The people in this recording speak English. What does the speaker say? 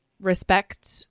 respect